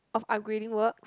of upgrading works